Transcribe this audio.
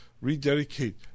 rededicate